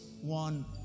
one